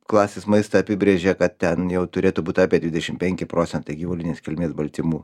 klasės maistą apibrėžia kad ten jau turėtų būt apie dvidešim penki procentai gyvulinės kilmės baltymų